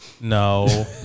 No